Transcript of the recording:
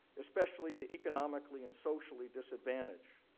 especially the economically and socially disadvantaged.